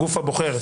הגוף הבוחר,